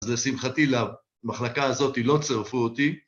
‫אז זה שמחתי ל..מחלקה הזאתי לא צרפו אותי.